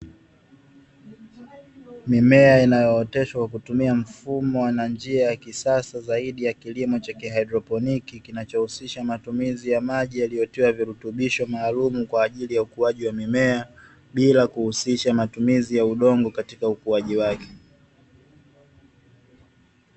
Mimea inayooteshea kutumia mfumo na njia ya kisasa zaidi ya kilimo cha kihaidrponi, kinachohusisha matumizi ya maji yaliyotiwa virutubisho maalum kwaajili ya ukuaji wa mimea, bila kuhusisha matumizi ya udongo katika ukuaji wake.